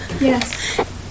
Yes